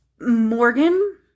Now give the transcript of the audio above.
Morgan